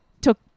took